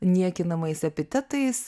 niekinamais epitetais